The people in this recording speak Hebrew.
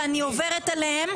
ואני עוברת עליה.